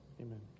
Amen